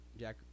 Jack